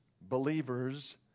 believers